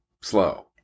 slow